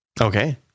Okay